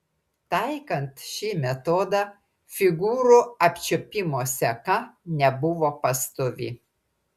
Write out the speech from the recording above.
taikant šį metodą figūrų apčiuopimo seka nebuvo pastovi